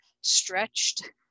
stretched